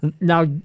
now